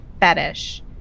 fetish